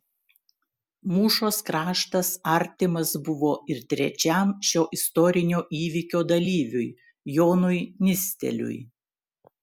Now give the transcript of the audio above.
mūšos kraštas artimas buvo ir trečiam šio istorinio įvykio dalyviui jonui nisteliui